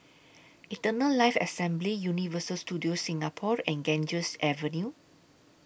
Eternal Life Assembly Universal Studios Singapore and Ganges Avenue